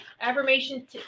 affirmation